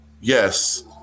yes